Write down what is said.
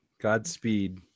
Godspeed